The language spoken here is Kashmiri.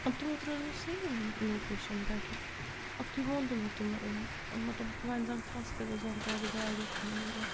تِمو ترٛٲوٕس بہٕ سیم لوکیٚشَن پٮ۪ٹھٕ اَکھ تُے ووٚن تہِ مےٚ تِمو وۄنۍ مطلب وۄنۍ زَن کھَس تہِ بہٕ زَن تَتھ گاڑِ کُنہِ وِزِ